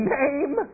name